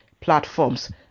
platforms